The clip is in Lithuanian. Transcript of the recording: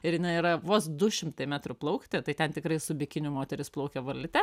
ir jinai yra vos du šimtai metrų plaukti tai ten tikrai su bikiniu moterys plaukia varlyte